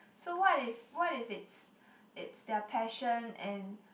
so what if what if it's it's their passion and